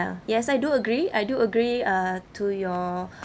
ya yes I do agree I do agree uh to your